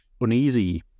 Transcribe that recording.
uneasy